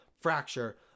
fracture